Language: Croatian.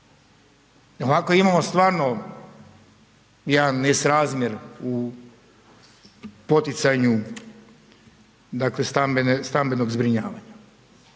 Ovako imamo stvarno jedan nesrazmjer u poticanju dakle, stambenog zbrinjavanja.